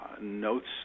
notes